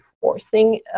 forcing